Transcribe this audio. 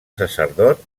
sacerdot